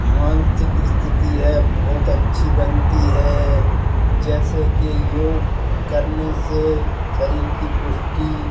मानसिक स्थिति है बहुत अच्छी बनती है जैसे के योग करने से शरीर की पुष्टि